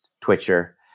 twitcher